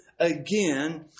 again